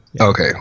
okay